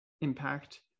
impact